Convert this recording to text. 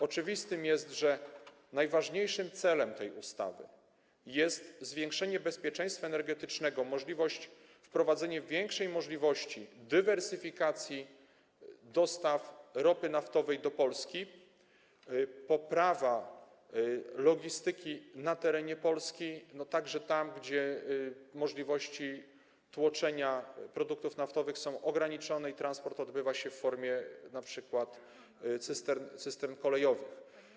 Oczywiste jest, że najważniejszym celem tej ustawy jest zwiększenie bezpieczeństwa energetycznego, wprowadzenie większej możliwości dywersyfikacji dostaw ropy naftowej do Polski, poprawa logistyki na terenie Polski, także tam, gdzie możliwości tłoczenia produktów naftowych są ograniczane i transport odbywa się w formie np. cystern kolejowych.